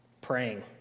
praying